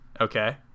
Okay